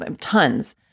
Tons